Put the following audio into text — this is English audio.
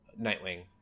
Nightwing